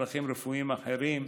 צרכים רפואיים אחרים,